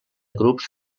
grups